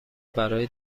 برای